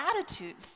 attitudes